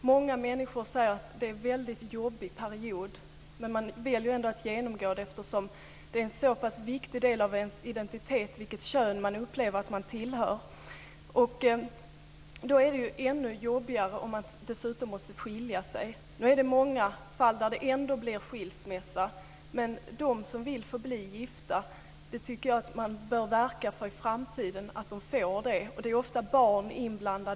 Många säger att det är en väldigt jobbig period. Men de väljer ändå att genomgå könsbytet eftersom det är en så pass viktig del av deras identitet vilket kön de upplever att de tillhör. Det blir ju ännu jobbigare om de dessutom måste skilja sig. I många fall blir det ändå skilsmässa. Men jag tycker att man i framtiden bör verka för att de som vill ska få förbli gifta. Det är ofta barn inblandade.